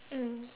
mm